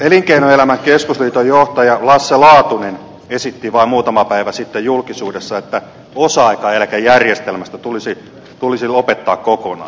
elinkeinoelämän keskusliiton johtaja lasse laatunen esitti vain muutama päivä sitten julkisuudessa että osa aikaeläkejärjestelmä tulisi lopettaa kokonaan